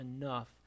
enough